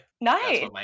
nice